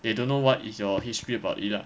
they don't know what is your history about it lah